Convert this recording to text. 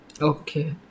Okay